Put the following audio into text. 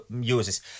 uses